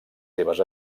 seves